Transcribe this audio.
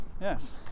Yes